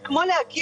זה כמו לומר: